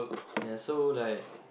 ya so like